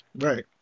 Right